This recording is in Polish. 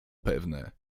pewne